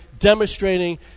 demonstrating